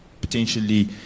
potentially